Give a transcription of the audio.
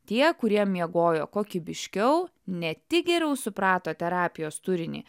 tie kurie miegojo kokybiškiau ne tik geriau suprato terapijos turinį